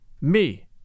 Me